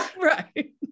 Right